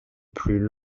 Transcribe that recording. plus